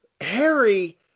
Harry